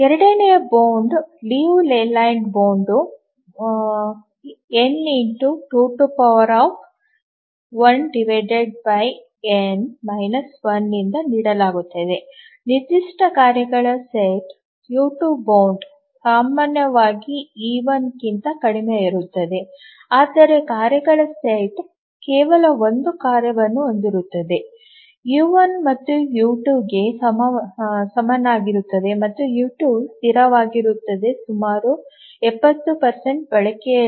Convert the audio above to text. ಎರಡನೆಯ bound Liu Layland bound ಅನ್ನು n ನಿಂದ ನೀಡಲಾಗುತ್ತದೆ ನಿರ್ದಿಷ್ಟ ಕಾರ್ಯಗಳ ಸೆಟ್ಗೆ u2 ಬೌಂಡ್ ಸಾಮಾನ್ಯವಾಗಿ e1 ಗಿಂತ ಕಡಿಮೆಯಿರುತ್ತದೆ ಆದರೆ ಕಾರ್ಯಗಳ ಸೆಟ್ ಕೇವಲ 1 ಕಾರ್ಯವನ್ನು ಹೊಂದಿದ್ದರೆ ಯು 1 ಯು 2 ಗೆ ಸಮನಾಗಿರುತ್ತದೆ ಮತ್ತು ಯು 2 ಸ್ಥಿರವಾಗಿರುತ್ತದೆ ಸುಮಾರು 70 ಬಳಕೆಯಲ್ಲಿ